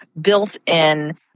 built-in